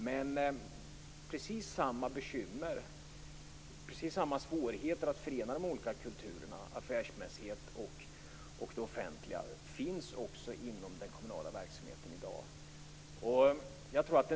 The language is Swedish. Men precis samma bekymmer och svårigheter att förena de olika kulturerna - affärsmässighet och det offentliga - finns i dag inom andra delar av den kommunala verksamheten.